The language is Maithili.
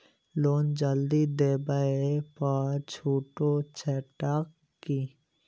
लोन जल्दी देबै पर छुटो छैक की?